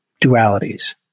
dualities